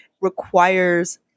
requires –